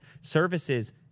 Services